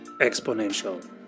exponential